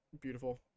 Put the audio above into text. beautiful